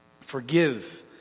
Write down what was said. Forgive